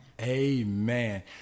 Amen